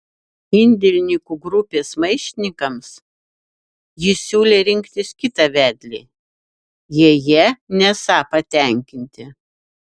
indėlininkų grupės maištininkams jis siūlė rinktis kitą vedlį jei jie nesą patenkinti